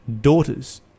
daughters